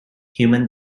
human